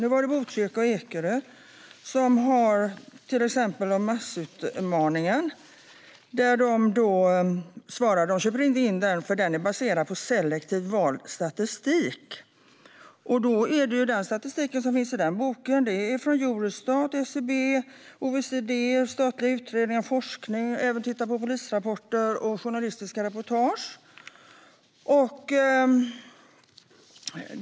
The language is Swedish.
I Botkyrka och Ekerö har de svarat att de inte köper in boken Massutmaning eftersom den är baserad på selektivt vald statistik. Statistiken i boken kommer från Eurostat, SCB, OECD, statliga utredningar, forskning, polisrapporter och journalistiska reportage.